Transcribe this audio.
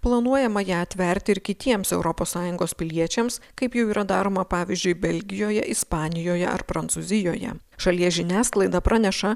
planuojama ją atverti ir kitiems europos sąjungos piliečiams kaip jau yra daroma pavyzdžiui belgijoje ispanijoje ar prancūzijoje šalies žiniasklaida praneša